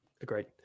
Agreed